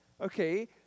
Okay